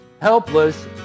Helpless